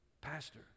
Pastor